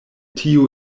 tiu